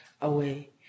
away